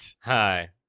Hi